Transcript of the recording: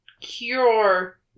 Cure